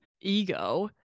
ego